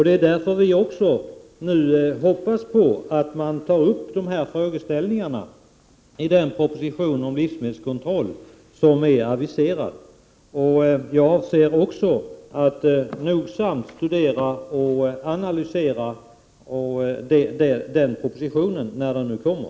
Det är därför vi hoppas att man kommer att föreslå lösningar på dessa frågor i den proposition om livsmedelskontroll som har aviserats. Jag kommer att noga studera och analysera den propositionen när den nu kommer.